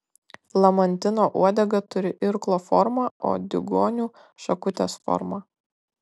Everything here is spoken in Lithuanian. lamantino uodega turi irklo formą o diugonių šakutės formą